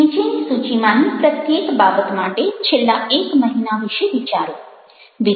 નીચેની સૂચિમાંની પ્રત્યેક બાબત માટે છેલ્લા એક મહિના વિશે વિચારો